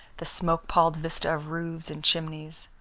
the smoke-palled vista of roofs and chimneys.